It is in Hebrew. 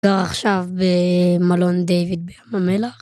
עכשיו במלון דיוויד בים המלח.